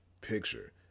picture